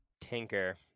Tinker